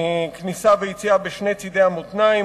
כניסה ויציאה בשני צדי המותניים,